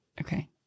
Okay